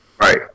Right